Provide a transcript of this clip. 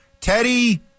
Teddy